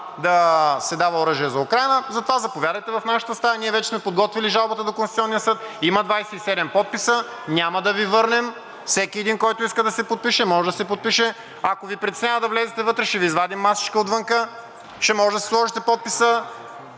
да се дава оръжие за Украйна. Затова заповядайте в нашата стая – ние вече сме подготвили жалбата до Конституционния съд, има 27 подписа – няма да Ви върнем, всеки един, който иска да се подпише, може да се подпише. Ако Ви притеснява да влезете вътре, ще Ви извадим масичка отвънка – ще можете да си сложите подписа,